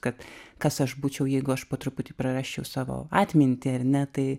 kad kas aš būčiau jeigu aš po truputį prarasčiau savo atmintį ar ne tai